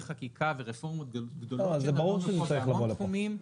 חקיקה ורפורמות גדולות שדנו בהמון תחומים,